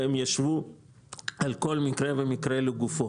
הם ישבו על כל מקרה ומקרה לגופו.